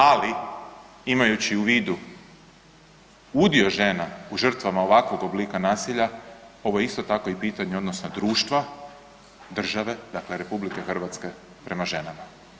Ali imajući u vidu udio žena u žrtvama ovakvog oblika nasilja ovo je isto tako i pitanje odnosa društva, države, dakle RH prema ženama.